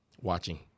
Watching